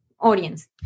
audience